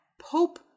Pope